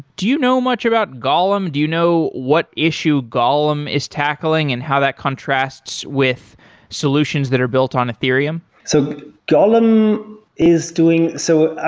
do you know much about golem? do you know what issue golem is tackling and how that contrasts with solutions that are built on ethereum? so golem is doing so i